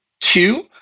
Two